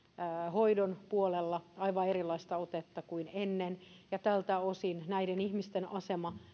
hoidon puolella aivan erilaista otetta kuin ennen ja tältä osin näiden ihmisten asemaa